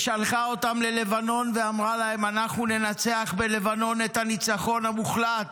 שלחה אותם ללבנון ואמרה להם: אנחנו ננצח בלבנון את הניצחון המוחלט.